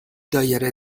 دایره